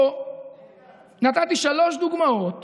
פה נתתי שלוש דוגמאות